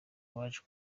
waje